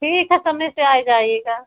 ठीक है समय से आ जाइएगा